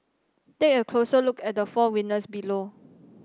take a closer look at the four winners below